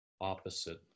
opposite